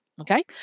Okay